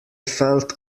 felt